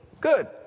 Good